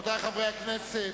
רבותי חברי הכנסת,